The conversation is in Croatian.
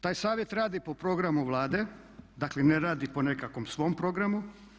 Taj Savjet radi po programu Vlade, dakle ne radi po nekakvom svom programu.